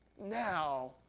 Now